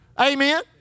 Amen